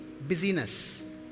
busyness